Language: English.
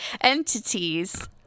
Entities